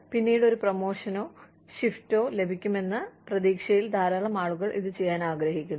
പിന്നീട് ഒരു പ്രമോഷനോ ഷിഫ്റ്റോ ലഭിക്കുമെന്ന പ്രതീക്ഷയിൽ ധാരാളം ആളുകൾ ഇത് ചെയ്യാൻ ആഗ്രഹിക്കുന്നു